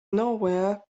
nowhere